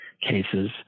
cases